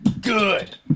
Good